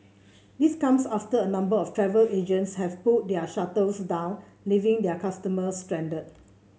this comes after a number of travel agents have pulled their shutters down leaving their customers stranded